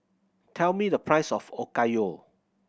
tell me the price of Okayu